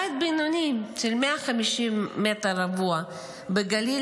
בית בינוני של 150 מטר רבוע בגליל,